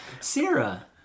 Sarah